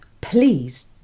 please